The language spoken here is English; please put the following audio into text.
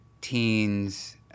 teens